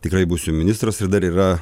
tikrai būsiu ministras ir dar yra